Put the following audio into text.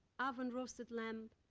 oven roasted lamb,